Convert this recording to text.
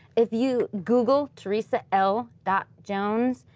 if you google teresa l. dot jones,